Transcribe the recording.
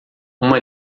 uma